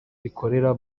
rikorera